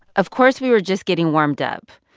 of course we were just getting warmed up.